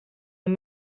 ond